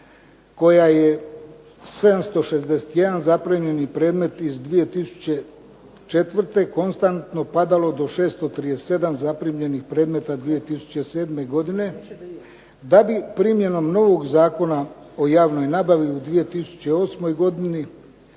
koja je 761 zaprimljeni predmet iz 2004. konstantno padalo do 637 zaprimljenih predmeta 2007. godine, da bi primjenom novog Zakona o javnoj nabavi u 2008. godini